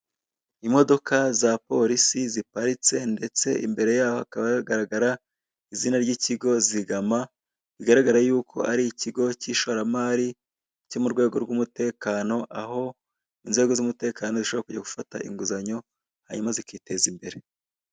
Imodoka za polisi ziparitse, ndetse imbere yaho hakaba hagaragara izina ry'ikigo zigama, bigaragara yuko ar'ikigo cy'ishoramari cyo mu rwego rw'umutekano aho inzego z'umutekano zishobora kujya gufata inguzanyo hanyuma zikiteza imbere.